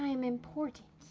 am important.